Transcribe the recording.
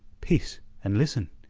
peace, and listen!